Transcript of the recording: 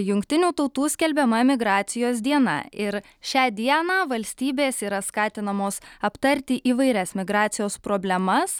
jungtinių tautų skelbiama emigracijos diena ir šią dieną valstybės yra skatinamos aptarti įvairias migracijos problemas